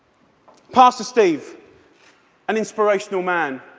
pastor steve an inspirational man,